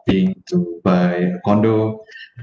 hoping to buy condo